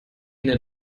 ihnen